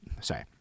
sorry